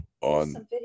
on